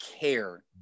care